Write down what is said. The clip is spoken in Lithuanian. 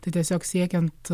tai tiesiog siekiant